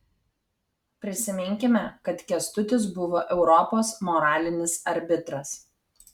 prisiminkime kad kęstutis buvo europos moralinis arbitras